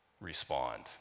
respond